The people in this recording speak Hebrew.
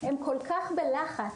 הם כל כך בלחץ,